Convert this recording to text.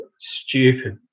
stupid